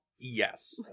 Yes